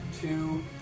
two